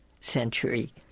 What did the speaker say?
Century